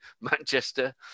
Manchester